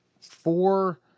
four